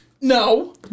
no